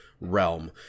realm